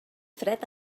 fred